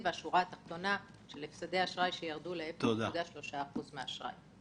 הפסדי האשראי ירדו ל-0.3% מהאשראי.